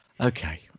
Okay